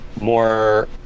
more